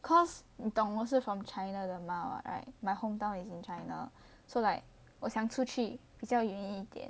cause 你懂我是 from China 的嘛 right my hometown is in China so like 我想出去比较远一点